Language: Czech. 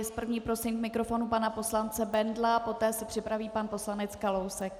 S první prosím k mikrofonu pana poslance Bendla, poté se připraví pan poslanec Kalousek.